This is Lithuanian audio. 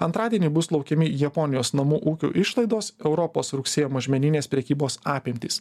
antradienį bus laukiami japonijos namų ūkių išlaidos europos rugsėjo mažmeninės prekybos apimtys